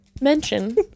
Mention